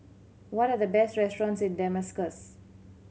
what are the best restaurants in Damascus